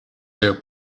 their